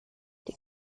die